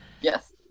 Yes